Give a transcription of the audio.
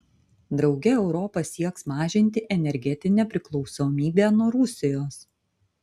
drauge europa sieks mažinti energetinę priklausomybę nuo rusijos